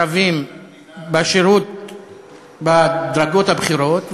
אין ערבים בשירות בדרגות הבכירות,